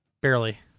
barely